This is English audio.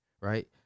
Right